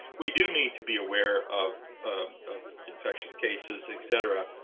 we do need to be aware of of infectious cases, et cetera.